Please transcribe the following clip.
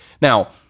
Now